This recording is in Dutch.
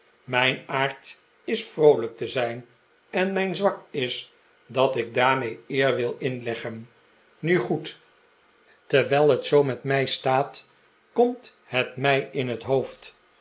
mijn aard is vroolijk te zijn en mijn zwak is dat ik daarmee eer wil inleggen nu goed terwijl het zoo met mij staat komt het mij in het hoofd